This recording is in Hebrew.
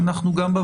כפי שאמרתי,